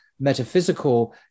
metaphysical